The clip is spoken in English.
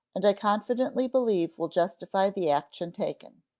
and i confidently believe will justify the action taken.